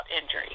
injury